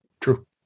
True